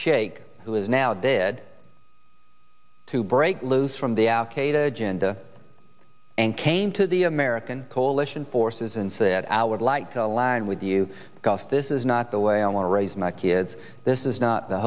shaikh who is now dead to break loose from the al qaeda agenda and came to the american coalition forces and said i would like to align with you because this is not the way i want to raise my kids this is not the